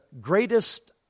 greatest